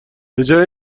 بجای